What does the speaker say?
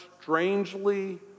strangely